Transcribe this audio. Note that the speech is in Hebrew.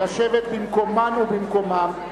לשבת במקומן ובמקומם.